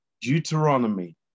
Deuteronomy